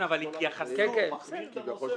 אבל זה מחמיר את הנושא.